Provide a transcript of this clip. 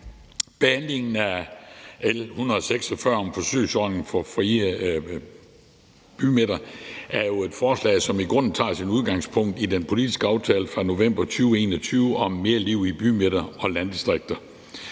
Behandlingen af L 146 om forsøgsordning for frie bymidter er jo et forslag, som i grunden tager sit udgangspunkt i den politiske aftale fra november 2021 om mere liv i bymidter og landdistrikter.